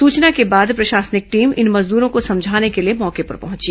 सूचना के बाद प्रशासनिक टीम इन मजदूरो को समझाने के लिए मौके पर पहुंची